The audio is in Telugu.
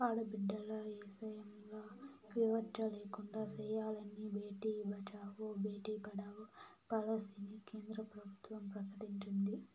ఆడబిడ్డల ఇసయంల వివచ్చ లేకుండా సెయ్యాలని బేటి బచావో, బేటీ పడావో పాలసీని కేంద్ర ప్రభుత్వం ప్రకటించింది